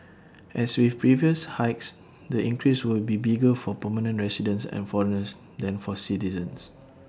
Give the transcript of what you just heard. as with previous hikes the increase will be bigger for permanent residents and foreigners than for citizens